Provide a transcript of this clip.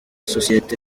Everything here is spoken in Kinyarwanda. sosiyete